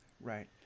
Right